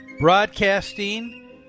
broadcasting